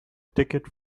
ticket